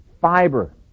fiber